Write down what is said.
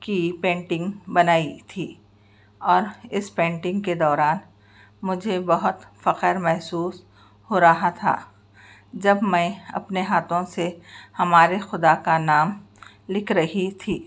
کی پینٹنگ بنائی تھی اور اِس پینٹنگ کے دوارن مجھے بہت فخر محسوس ہو رہا تھا جب میں اپنے ہاتھوں سے ہمارے خدا کا نام لِکھ رہی تھی